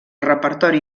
repertori